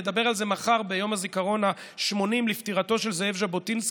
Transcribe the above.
נדבר על זה מחר ביום הזיכרון ה-80 לפטירתו של זאב ז'בוטינסקי,